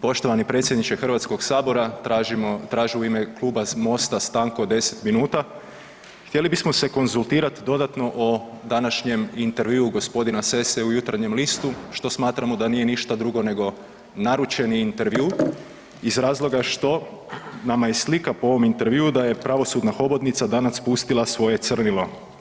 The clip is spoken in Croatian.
Poštovani predsjedniče Hrvatskog sabora, tražimo, tražim u ime Kluba MOST-a stanku od 10 minuta, htjeli bismo se konzultirati dodatno o današnjem intervju gospodina Sesse u Jutarnjem listu, što smatramo da nije ništa drugo nego naručeni intervju iz razloga što nama je slika po ovom intervjuu da je pravosudna hobotnica danas pustila svoje crnilo.